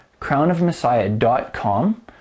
crownofmessiah.com